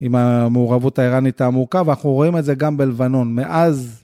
עם המעורבות האיראנית העמוקה, ואנחנו רואים את זה גם בלבנון, מאז...